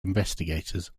investigators